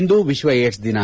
ಇಂದು ವಿಶ್ವ ಏಡ್ಸ್ ದಿನ